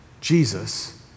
Jesus